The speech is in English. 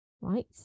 right